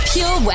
Pure